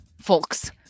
Folks